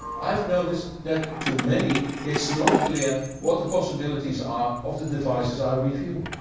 i have noticed that too many it's not clear what the possibilities are of the devices i review.